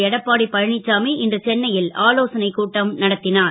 Edappadi Palaniswami இன்று சென்னை ல் ஆலோசனைக் கூட்டம் நடத் னார்